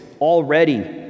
already